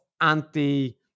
anti